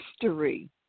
history